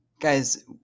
guys